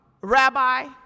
rabbi